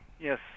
yes